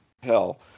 hell